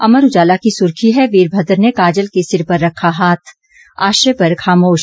अमर उजाला की सुर्खी है वीरभद्र ने काजल के सिर पर रखा हाथ आश्रय पर खामोश